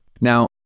Now